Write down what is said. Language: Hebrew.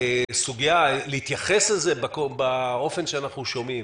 הסוגיה להתייחס לזה באופן שאנחנו שומעים